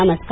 नमस्कार